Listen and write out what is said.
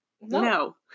No